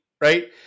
right